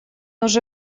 уже